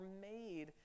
made